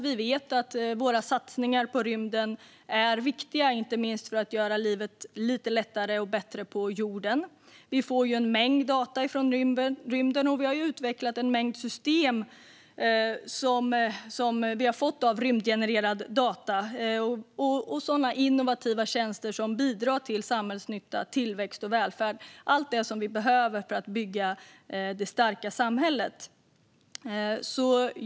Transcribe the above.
Vi vet att våra satsningar på rymden är viktiga, inte minst för att göra livet på jorden lite lättare och bättre. Vi får en mängd data från rymden, och vi har utvecklat en mängd system med rymdgenererade data med innovativa tjänster som bidrar till samhällsnytta, tillväxt och välfärd. Allt detta behöver vi för att bygga ett starkt samhälle.